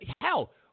hell